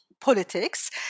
politics